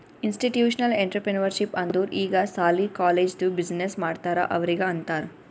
institutional entrepreneurship ಅಂದುರ್ ಈಗ ಸಾಲಿ, ಕಾಲೇಜ್ದು ಬಿಸಿನ್ನೆಸ್ ಮಾಡ್ತಾರ ಅವ್ರಿಗ ಅಂತಾರ್